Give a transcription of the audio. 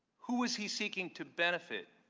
who was he seeking to benefit?